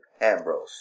Ambrose